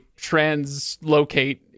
translocate